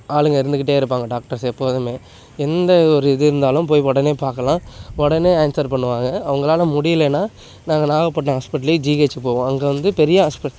ஆளுங்க இருந்துக்கிட்டே இருப்பாங்க டாக்டர்ஸ் எப்போதுமே எந்த ஒரு இது இருந்தாலும் போய் உடனே பார்க்கலாம் உடனே ஆன்ஸர் பண்ணுவாங்க அவங்களால முடியலேன்னா நாங்கள் நாகப்பட்டினோம் ஹாஸ்பிட்டலு ஜிஹெச்சு போவோம் அங்கே வந்து பெரிய ஹாஸ்பிட்